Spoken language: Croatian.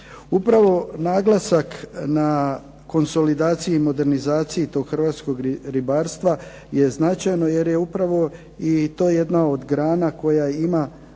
Upravo naglasak na konsolidaciji i modernizaciji tog hrvatskog ribarstva je značajno jer je upravo i to jedna od grana koja ima